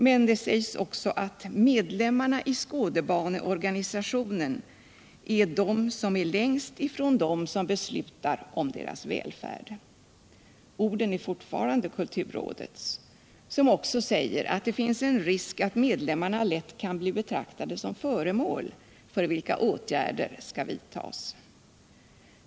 Men det sägs också att medlemmarna i skådebaneorganisationen är de som är längst ifrån dem som fattar beslut om deras välfärd. Orden är fortfarande kulturrådets, som också säger att det finns en risk att medlemmarna lätt kan bli betraktade som föremål, för vilka åtgärder skall vidtas.